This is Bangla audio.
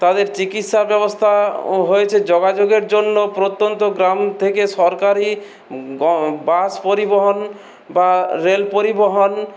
তাদের চিকিৎসা ব্যবস্থা হয়েছে যোগাযোগের জন্য প্রত্যন্ত গ্রাম থেকে সরকারি বাস পরিবহন বা রেল পরিবহন